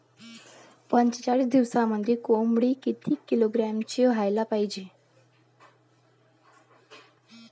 पंचेचाळीस दिवसामंदी कोंबडी किती किलोग्रॅमची व्हायले पाहीजे?